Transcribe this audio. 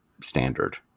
standard